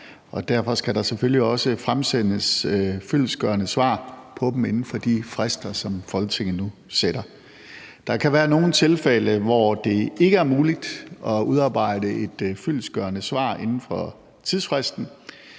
der selvfølgelig også fremsendes fyldestgørende svar på dem inden for de frister, som Folketinget nu sætter. Der kan være nogle tilfælde, hvor det ikke er muligt at udarbejde et fyldestgørende svar inden for tidsfristen,